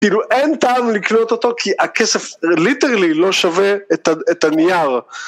כאילו אין טעם לקנות אותו כי הכסף ליטרלי לא שווה את הנייר